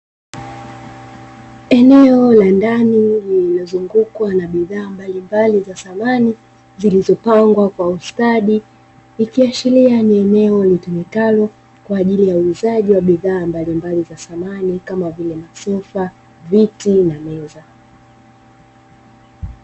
Eneo la ndani linazungukwa na bidhaa mbalimbali za samani zilizopangwa kwa ustadi, ikiashiria ni eneo litumikalo kwa ajili ya uuzaji wa bidhaa mbalimbali za samani kama vile masofa, viti na meza.